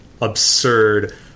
absurd